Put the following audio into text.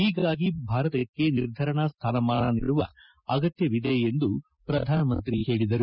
ಹೀಗಾಗಿ ಭಾರತಕ್ಕೆ ನಿರ್ಧರಣಾ ಸ್ಥಾನಮಾನ ನೀಡುವ ಅಗತ್ಯವಿದೆ ಎಂದು ಪ್ರಧಾನಮಂತ್ರಿ ಹೇಳಿದರು